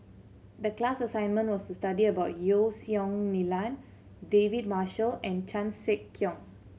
the class assignment was to study about Yeo Song Nian David Marshall and Chan Sek Keong